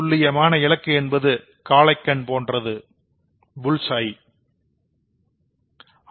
துல்லியமான இலக்கு என்பது புல்ஸ் ஐ bull's eye போன்றது